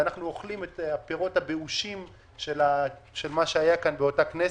עד היום אנחנו אוכלים את הפירות הבאושים של מה שהיה כאן באותה כנסת.